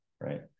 right